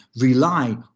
rely